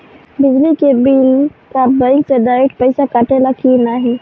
बिजली के बिल का बैंक से डिरेक्ट पइसा कटेला की नाहीं?